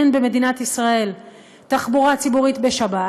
אין במדינת ישראל תחבורה ציבורית בשבת,